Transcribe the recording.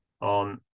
on